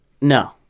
No